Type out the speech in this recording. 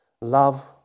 Love